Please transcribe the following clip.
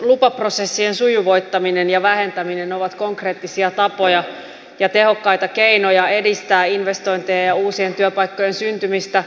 lupaprosessien sujuvoittaminen ja vähentäminen ovat konkreettisia tapoja ja tehokkaita keinoja edistää investointeja ja uusien työpaikkojen syntymistä